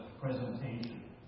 presentation